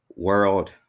world